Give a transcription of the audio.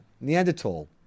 neanderthal